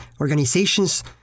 organizations